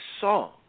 song